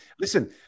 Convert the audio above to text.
listen